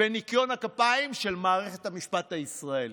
וניקיון הכפיים של מערכת המשפט הישראלית.